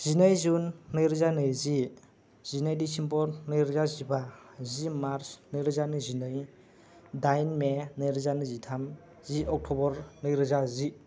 जिनै जुन नैरोजानैजि जिनै डिसेम्बर नैरोजाजिबा जि मार्च नैरोजानैजिनै दाइन मे नैरोजानैजिथाम जि अक्ट'बर नैरोजा जि